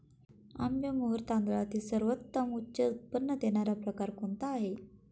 आंबेमोहोर तांदळातील सर्वोत्तम उच्च उत्पन्न देणारा प्रकार कोणता आहे?